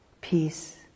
peace